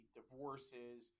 divorces